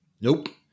Nope